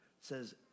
says